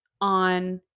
on